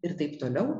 ir taip toliau